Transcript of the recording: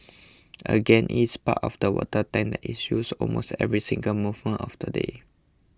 again it is part of the water tank is used almost every single moment of the day